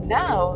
now